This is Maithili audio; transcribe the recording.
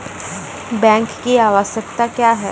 बैंक की आवश्यकता क्या हैं?